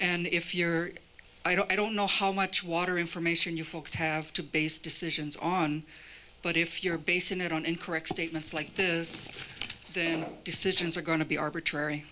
and if you're i don't i don't know how much water information you folks have to base decisions on but if you're basing it on incorrect statements like this then decisions are going to be arbitrary